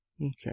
Okay